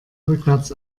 rückwärts